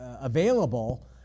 available